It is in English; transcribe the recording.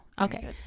Okay